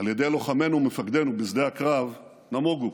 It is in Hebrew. על ידי לוחמינו ומפקדינו בשדה הקרב, נמוגו.